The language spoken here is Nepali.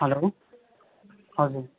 हेलो हजुर